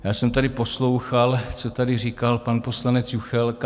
Já jsem tady poslouchal, co tady říkal pan poslanec Juchelka.